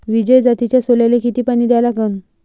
विजय जातीच्या सोल्याले किती पानी द्या लागन?